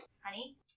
Honey